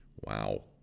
Wow